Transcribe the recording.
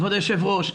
כבוד היושב-ראש,